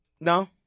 No